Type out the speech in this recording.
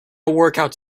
workout